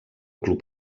club